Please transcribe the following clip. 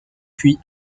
puis